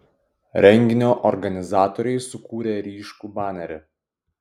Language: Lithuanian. renginio organizatoriai sukūrė ryškų banerį